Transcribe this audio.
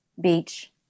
Beach